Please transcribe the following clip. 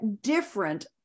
different